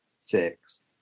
six